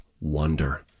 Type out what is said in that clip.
wonder